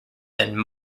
than